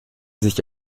sich